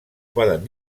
poden